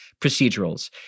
procedurals